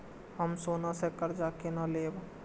हम सोना से कर्जा केना लैब?